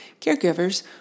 Caregivers